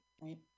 Right